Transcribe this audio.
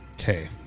Okay